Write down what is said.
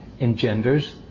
Engenders